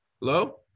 Hello